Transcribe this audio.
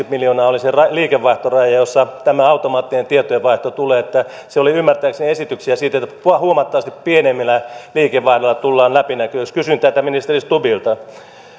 miljoonaa olisi liikevaihtoraja jossa tämä automaattinen tietojenvaihto tulee siellä oli ymmärtääkseni esityksiä siitä että huomattavasti pienemmällä liikevaihdolla tulee tämä läpinäkyvyys kysyn tätä ministeri stubbilta